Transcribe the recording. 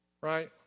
Right